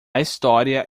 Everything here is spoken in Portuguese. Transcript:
história